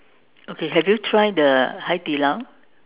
okay have you tried the Hai-Di-Lao